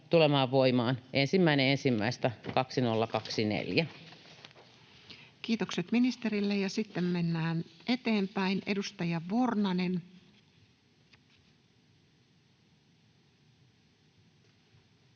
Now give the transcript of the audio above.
Time: 17:11 Content: Kiitokset ministerille. — Sitten mennään eteenpäin. — Edustaja Vornanen.